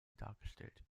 dargestellt